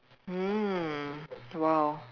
mm !wow!